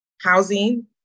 housing